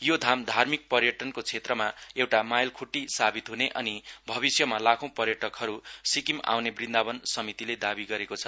यो धाम धार्मिक पर्यटनको क्षेत्रमा एउटा माइसखुट्टी सावित हने अनि भविष्यमा लाखौं पर्यटकहरू सिक्किम आउने वन्दावन समितिले दावी गरेको छ